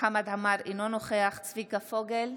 חמד עמאר, אינו נוכח צביקה פוגל,